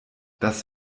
das